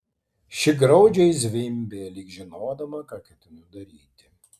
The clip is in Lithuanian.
ši graudžiai zvimbė lyg žinodama ką ketinu daryti